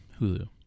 Hulu